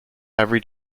every